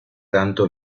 tanto